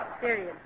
Period